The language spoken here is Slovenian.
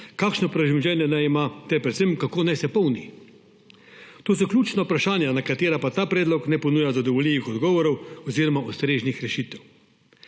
kakšno premoženje naj ima ter predvsem kako naj se polni. To so ključna vprašanja, na katera pa ta predlog ne ponuja zadovoljivih odgovorov oziroma ustreznih rešitev.